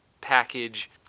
package